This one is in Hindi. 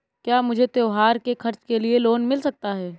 क्या मुझे त्योहार के खर्च के लिए लोन मिल सकता है?